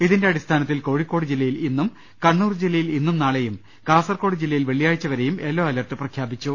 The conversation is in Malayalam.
ഇതിന്റെ അടിസ്ഥാനത്തിൽ കോഴിക്കോട് ജില്ല യിൽ ഇന്നും കണ്ണൂർ ജില്ലയിൽ ഇന്നും നാളെയും കാസർകോട് ജില്ലയിൽ വെള്ളിയാഴ്ച വരെയും യെല്ലോ അലർട്ട് പ്രഖ്യാപിച്ചു